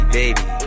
baby